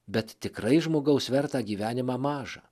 bet tikrai žmogaus vertą gyvenimą mažą